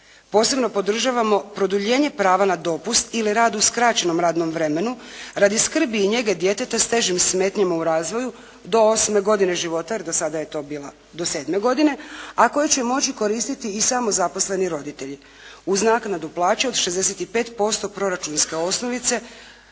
Posebno podržavamo produljenje prava na dopust ili rad u skraćenom radnom vremenu radi skrbi i njege djeteta s težim smetnjama u razvoju do osme godine života, jer do sada je to bila do sedme godine, a koju će moći koristiti i samozaposleni roditelji uz naknadu plaće od 65% proračunske osnovice.